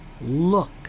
look